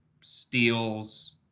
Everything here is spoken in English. steals